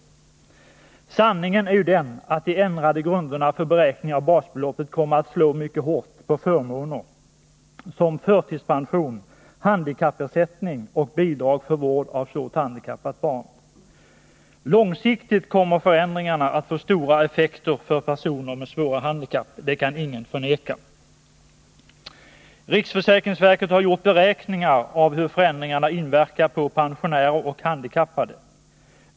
m.m. Sanningen är den att de ändrade grunderna för beräkning av basbeloppet kommer att slå mycket hårt på förmåner som förtidspension, handikappersättning och bidrag för vård av svårt handikappat barn. Långsiktigt kommer förändringarna att få stora effekter för personer med svåra handikapp, det kan ingen förneka. Riksförsäkringsverket har gjort beräkningar av hur förändringarna inverkar på pensionärer och handikappade.